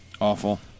Awful